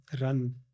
run